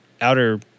outer